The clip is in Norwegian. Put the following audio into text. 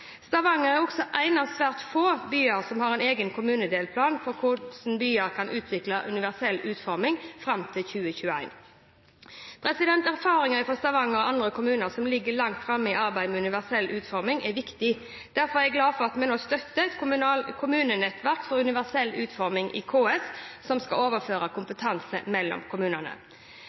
Stavanger er også en av svært få byer som har en egen kommunedelplan for hvordan byen kan utvikle universell utforming fram til 2021. Erfaringene fra Stavanger og andre kommuner som ligger langt framme i arbeidet med universell utforming, er viktige. Derfor er jeg glad for at vi nå støtter et kommunenettverk for universell utforming i KS som skal overføre kompetanse mellom